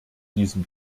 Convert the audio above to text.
diesem